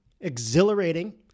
exhilarating